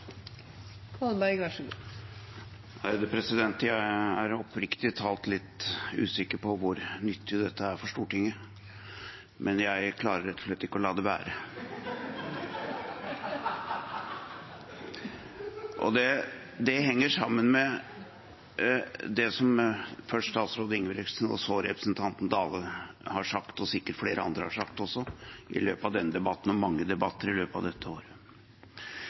for Stortinget, men jeg klarer rett og slett ikke å la det være. Det henger sammen med det som først statsråd Ingebrigtsen og så representanten Dale sa – sikkert flere andre også – i løpet av denne debatten og mange andre debatter i løpet av dette året.